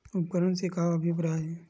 उपकरण से का अभिप्राय हे?